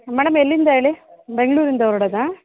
madam ಎಲ್ಲಿಂದ ಹೇಳಿ ಬೆಂಗಳೂರಿಂದ ಹೊರ್ಡೋದಾ